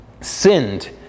sinned